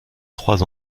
trois